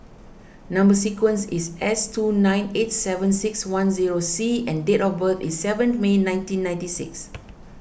Number Sequence is S two nine eight seven six one zero C and date of birth is seventh May nineteen ninety six